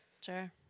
Sure